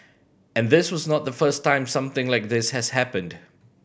and this was not the first time something like this has happened